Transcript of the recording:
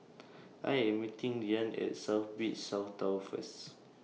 I Am meeting Deanne At South Beach South Tower First